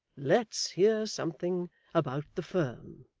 let's hear something about the firm